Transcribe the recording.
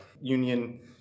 union